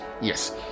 yes